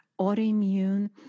autoimmune